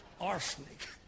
Arsenic